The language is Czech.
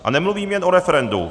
A nemluvím jen o referendu.